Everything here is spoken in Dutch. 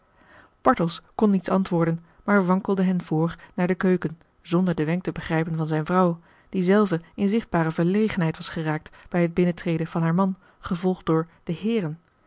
bartels kon niets antwoorden maar wankelde hen voor naar de keuken zonder den wenk te begrijpen van zijne vrouw die zelve in zichtbare verlegenheid was geraakt bij het binnentreden van haar man gevolgd door de heeren